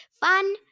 Fun